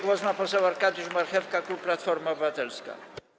Głos ma poseł Arkadiusz Marchewka, klub Platforma Obywatelska.